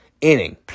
inning